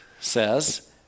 says